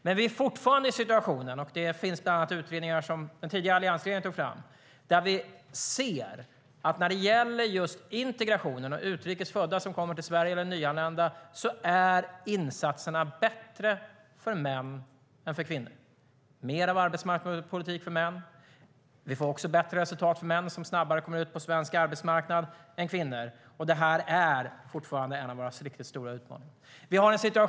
Men vi ser fortfarande, bland annat i en del utredningar som alliansregeringen tog fram, att när det gäller just integrationen och utrikes födda som är nyanlända i Sverige är insatserna bättre för män än för kvinnor. Det bedrivs mer arbetsmarknadspolitik för män. Det blir bättre resultat för män, som snabbare kommer ut på svensk arbetsmarknad. Detta är fortfarande en av våra riktigt stora utmaningar.